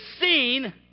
seen